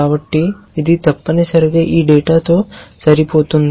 కాబట్టి ఇది తప్పనిసరిగా ఈ డేటాతో సరిపోతుంది